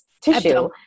tissue